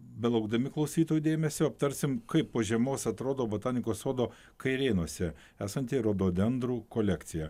belaukdami klausytojų dėmesio aptarsim kaip po žiemos atrodo botanikos sodo kairėnuose esanti rododendrų kolekcija